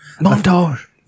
montage